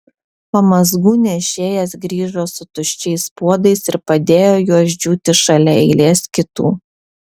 pamazgų nešėjas grįžo su tuščiais puodais ir padėjo juos džiūti šalia eilės kitų